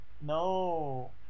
No